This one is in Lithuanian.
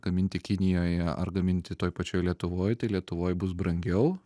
gaminti kinijoj ar gaminti toj pačioj lietuvoj tai lietuvoj bus brangiau